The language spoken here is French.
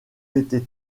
été